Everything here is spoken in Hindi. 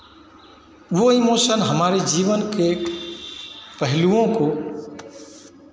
वो इमोशन हमारे जीवन के पहलुओं को